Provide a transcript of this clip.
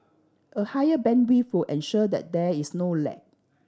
a higher bandwidth ensure that there is no lag